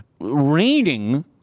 raining